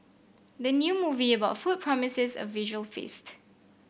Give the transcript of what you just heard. the new movie about food promises a visual feast